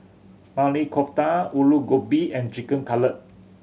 Maili Kofta Alu Gobi and Chicken Cutlet